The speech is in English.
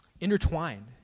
intertwined